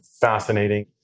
fascinating